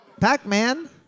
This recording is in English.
Pac-Man